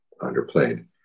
underplayed